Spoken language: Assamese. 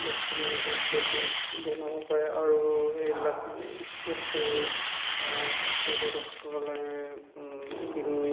বস্তু মানে তেওঁলোকে বনাব পাৰে আৰু সেইবিলাক বস্তু পৰ্যটকসকলে কিনি